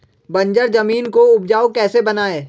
बंजर जमीन को उपजाऊ कैसे बनाय?